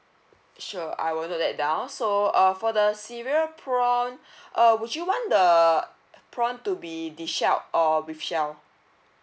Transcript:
sure I will note that down so uh for the cereal prawn uh would you want the prawn to be deshelled or with shell